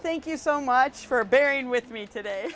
thank you so much for bearing with me today